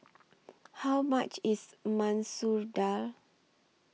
How much IS Masoor Dal